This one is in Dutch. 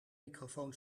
microfoon